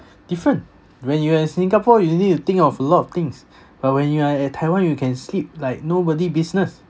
different when you are in singapore you need to think of a lot of things but when you are at taiwan you can sleep like nobody business